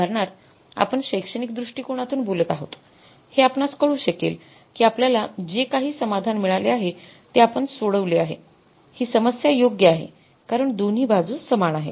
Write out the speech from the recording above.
उदाहरणार्थ आपण शैक्षणिक दृष्टीकोनातून बोलत आहोत हे आपणास कळू शकेल की आपल्याला जे काही समाधान मिळाले आहे ते आपण सोडवले आहे ही समस्या योग्य आहे कारण दोन्ही बाजू समान आहेत